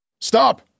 Stop